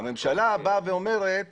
הממשלה אומרת